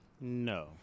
No